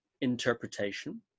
interpretation